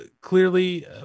clearly